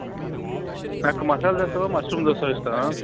నాకు మసాలా దోశ మష్రూమ్ దోశ ఇస్తావా